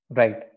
right